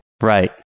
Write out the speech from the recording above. Right